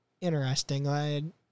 Interesting